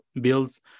Bills